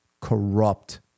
corrupt